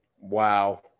Wow